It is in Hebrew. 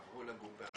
עברו לגור ברעננה,